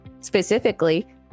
Specifically